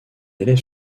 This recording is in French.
élève